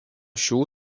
šių